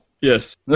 yes